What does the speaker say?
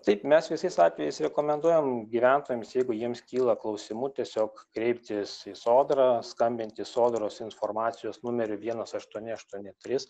taip mes visais atvejais rekomenduojam gyventojams jeigu jiems kyla klausimų tiesiog kreiptis į sodrą skambinti sodros informacijos numeriu vienas aštuoni aštuoni trys